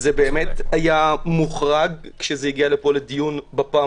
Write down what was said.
זה היה מוחרג כשהגיע לפה לדיון בפעם